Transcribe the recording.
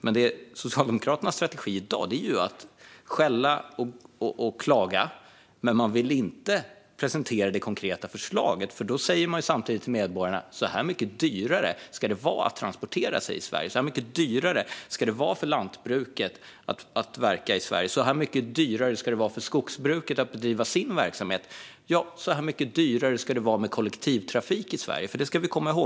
Men Socialdemokraternas strategi i dag är att skälla och klaga. Men man vill inte presentera det konkreta förslaget, eftersom man då samtidigt säger till medborgarna: Så här mycket dyrare ska det vara att transportera sig i Sverige, så här mycket dyrare ska det vara för lantbruket att verka i Sverige, så här mycket dyrare ska det vara för skogsbruket att bedriva sin verksamhet och så här mycket dyrare ska det vara med kollektivtrafik i Sverige.